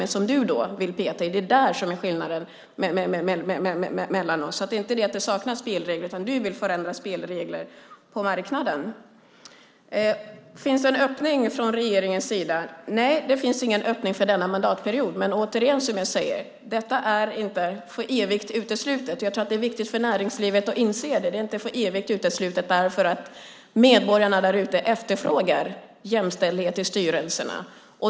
Det vill dock Gunvor G Ericson. Det är skillnaden mellan oss. Det saknas alltså inte spelregler på marknaden, men du vill förändra dem. Finns det en öppning från regeringens sida? Nej, det finns ingen öppning under denna mandatperiod. Men återigen, detta är inte för evigt uteslutet. Det är viktigt för näringslivet att inse det. Det är inte för evigt uteslutet eftersom medborgarna efterfrågar jämställdhet i styrelserna.